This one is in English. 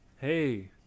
Hey